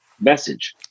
message